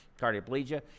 cardioplegia